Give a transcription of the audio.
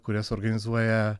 kurias organizuoja